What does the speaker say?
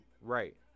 Right